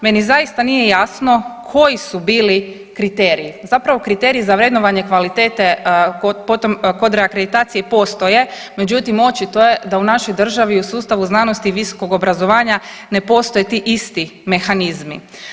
Meni zaista nije jasno koji su bili kriteriji, zapravo kriteriji za vrednovanje kvalitete kod reakreditacije postoje, međutim očito je da u našoj državi u sustavu znanosti i visokog obrazovanja ne postoje ti isti mehanizmi.